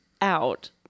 out